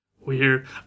weird